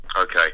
okay